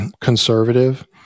conservative